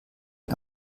ein